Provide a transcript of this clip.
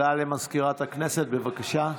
הודעה למזכירת הכנסת, בבקשה.